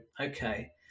okay